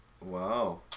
wow